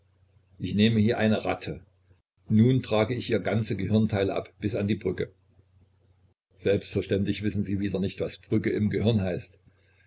ich nehme hier eine ratte nun trage ich ihr ganze gehirnteile ab bis an die brücke selbstverständlich wissen sie wieder nicht was brücke im gehirn heißt